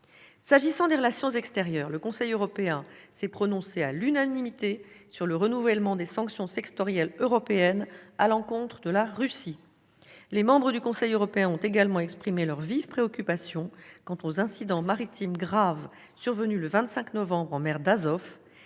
S'agissant des relations extérieures, le Conseil européen s'est prononcé à l'unanimité en faveur du renouvellement des sanctions sectorielles européennes à l'encontre de la Russie. Ses membres ont également exprimé leurs vives préoccupations quant aux incidents maritimes graves survenus le 25 novembre dernier en mer d'Azov